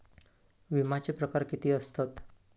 विमाचे प्रकार किती असतत?